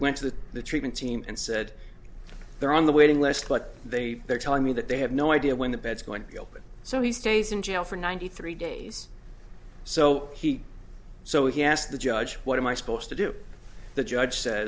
went to the treatment team and said they're on the waiting list but they they're telling me that they have no idea when the beds going to be open so he stays in jail for ninety three days so he so he asked the judge what am i supposed to do the judge